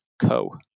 co